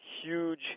huge